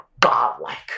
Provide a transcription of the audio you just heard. godlike